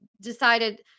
decided